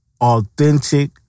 authentic